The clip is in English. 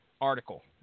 article